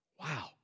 Wow